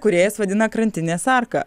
kūrėjas vadina krantinės arka